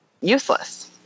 useless